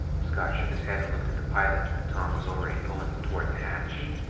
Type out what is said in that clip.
scott shook his head and looked at the pilot, but tom was already pulling him toward the hatch.